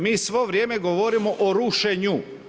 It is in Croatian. Mi svo vrijeme govorimo o rušenju.